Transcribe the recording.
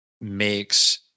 makes